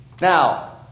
Now